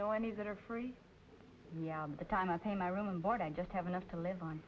know any that are free the time i pay my room and board and just have enough to live on